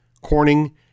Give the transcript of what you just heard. Corning